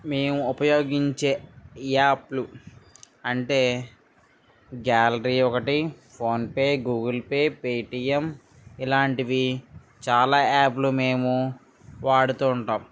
మేము ఉపయోగించే యాప్లు అంటే గ్యాలరీ ఒకటి PhonePe Google Pay Paytm ఇలాంటివి చాలా యాప్లు మేము వాడుతూ ఉంటాం